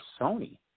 Sony